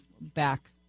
back